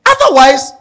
otherwise